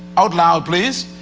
out loud please,